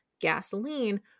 gasoline